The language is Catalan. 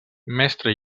mestre